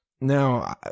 Now